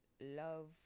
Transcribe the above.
love